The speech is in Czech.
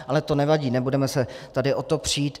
Ale to nevadí, nebudeme se tady o to přít.